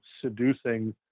seducing